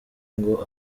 ngo